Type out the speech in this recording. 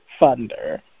funder